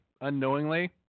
unknowingly